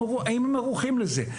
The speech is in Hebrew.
האם הם ערוכים לזה?